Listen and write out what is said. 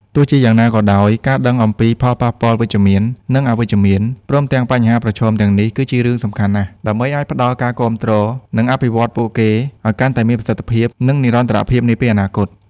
ទោះជាយ៉ាងណាក៏ដោយ ការដឹងអំពីផលប៉ះពាល់វិជ្ជមាន និងអវិជ្ជមាន ព្រមទាំងបញ្ហាប្រឈមទាំងនេះ គឺជារឿងសំខាន់ណាស់ ដើម្បីអាចផ្តល់ការគាំទ្រ និងអភិវឌ្ឍន៍ពួកគេឲ្យកាន់តែមានប្រសិទ្ធភាព និងនិរន្តរភាពនាពេលអនាគត។